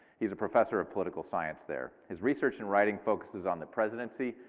he is a professor of political science there. his research and writing focuses on the presidency,